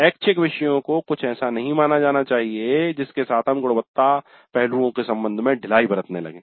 ऐच्छिक विषयों को कुछ ऐसा नहीं माना जाना चाहिए जिसके साथ हम गुणवत्ता पहलुओं के संबंध में ढिलाई बरतने लगे